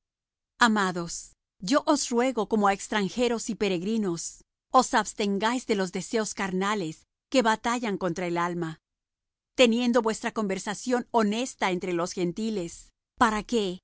amados yo os ruego como á extranjeros y peregrinos os abstengáis de los deseos carnales que batallan contra el alma teniendo vuestra conversación honesta entre los gentiles para que